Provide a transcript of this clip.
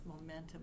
momentum